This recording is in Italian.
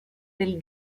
del